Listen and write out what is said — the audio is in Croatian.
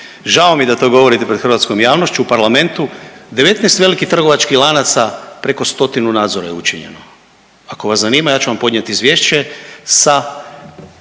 žao mi je da to govorite pred hrvatskom javnošću u parlamentu, 19 velikih trgovačkih lanaca preko stotinu nadzora je učinjeno. Ako vas zanima ja ću vam podnijeti izvješće sa